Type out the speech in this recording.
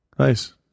Nice